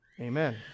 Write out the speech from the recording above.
Amen